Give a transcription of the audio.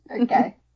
Okay